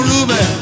Ruby